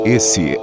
Esse